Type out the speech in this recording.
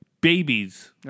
babies